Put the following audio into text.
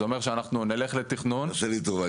זה אומר שאנחנו נלך לתכנון --- תעשה לי טובה.